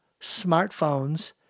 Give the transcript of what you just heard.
smartphones